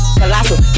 colossal